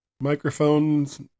Microphones